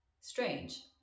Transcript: strange